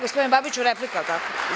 Gospodine Babiću, replika.